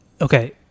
Okay